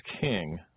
king